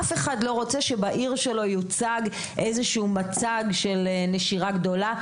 אף אחד לא רוצה שבעיר שלו יוצג מצג של נשירה גדולה.